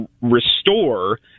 restore